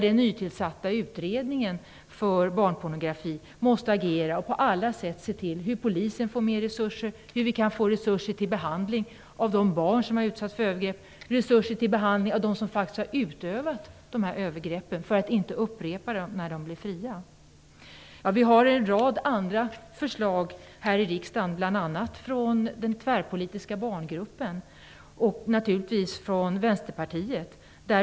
Den nytillsatta utredningen om barnpornografi måste agera på alla sätt för att se hur polisen kan få mer resurser, hur vi kan få resurser till behandling av de barn som utsatts för övergrepp, resurser till behandling av dem som faktiskt har utövat de här övergreppen, för att de inte skall upprepa dem när de blir fria. Vi har en rad andra förslag här i riksdagen, bl.a. från den tvärpolitiska barngruppen och naturligtvis från Vänsterpartiet.